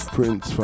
Prince